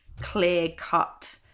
clear-cut